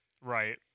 right